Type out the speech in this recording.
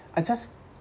I just